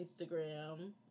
Instagram